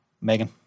Megan